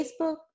Facebook